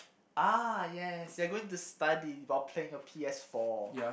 ah yes you are going to study while playing your P_S-four